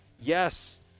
Yes